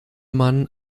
man